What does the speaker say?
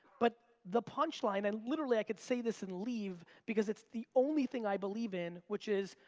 but the punchline, and literally i could say this and leave, because it's the only thing i believe in, which is,